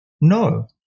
no